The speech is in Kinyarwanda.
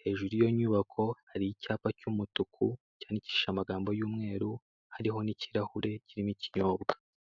hejuru y'iyo nyubako hari icyapa cy'umutuku cyandikishije amagambo y'umweru hariho n'ikirahure kirimo iknyobwa.